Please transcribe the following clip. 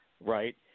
Right